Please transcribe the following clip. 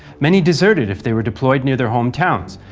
many deserted if they were deployed near their hometowns,